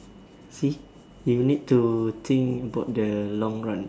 see you need to think about the long run